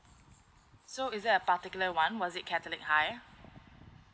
so is there a particular one was it catholic high